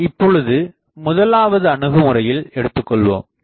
நாம் இப்பொழுது முதலாவது அணுகுமுறையில் எடுத்துக்கொள்வோம்